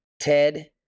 Ted